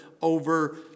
over